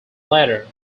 latter